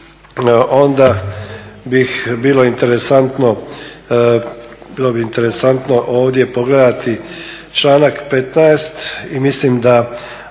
onda bih bilo interesantno ovdje pogledati članak 15. i mislim da